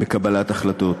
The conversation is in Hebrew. בקבלת החלטות,